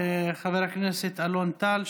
חבר הכנסת אלון טל,